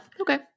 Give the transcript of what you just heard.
Okay